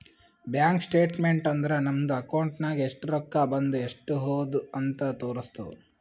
bank statement ಅಂದುರ್ ನಮ್ದು account ನಾಗ್ ಎಸ್ಟ್ ರೊಕ್ಕಾ ಬಂದು ಎಸ್ಟ್ ಹೋದು ಅಂತ್ ತೋರುಸ್ತುದ್